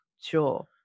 sure